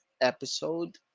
episode